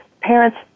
Parents